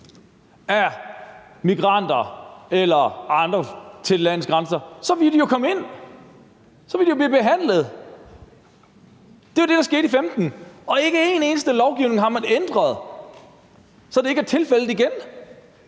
af migranter eller andre til landets grænser, ville de jo komme ind – så ville de jo blive behandlet. Det var det, der skete i 2015, og ikke en eneste lovgivning har man ændret, så det ikke bliver tilfældet igen.